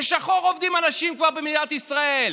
בשחור עובדים אנשים במדינת ישראל,